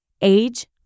age